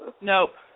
Nope